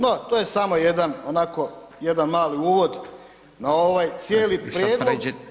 No, to je samo jedan onako jedan mali uvod na ovaj cijeli prijedlog